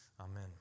Amen